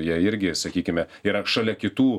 jie irgi sakykime yra šalia kitų